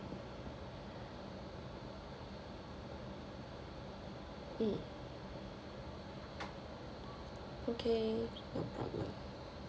mm okay